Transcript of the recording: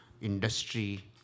industry